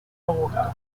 augusto